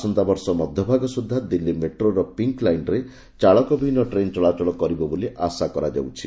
ଆସନ୍ତାବର୍ଷ ମଧ୍ୟଭାଗ ସୁଦ୍ଧା ଦିଲ୍ଲୀ ମେଟ୍ରୋର ପିଙ୍କ୍ ଲାଇନ୍ରେ ଚାଳକ ବିହୀନ ଟ୍ରେନ୍ ଚଳାଚଳ କରିବ ବୋଲି ଆଶା କରାଯାଉଛି